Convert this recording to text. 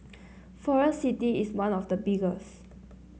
Forest City is one of the biggest